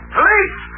Police